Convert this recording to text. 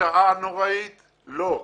וקלישאתי - לא,